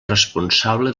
responsable